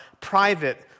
private